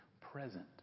present